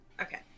Okay